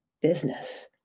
business